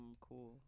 cool